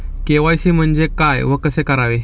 KYC म्हणजे काय व कसे करावे?